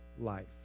Life